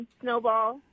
Snowball